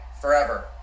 forever